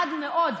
עד מאוד,